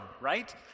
right